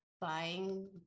buying